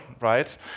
right